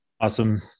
Awesome